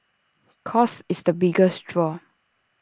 cost is the biggest draw